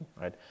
Right